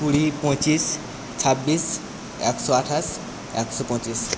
কুড়ি পঁচিশ ছাব্বিশ একশো আঠাশ একশো পঁচিশ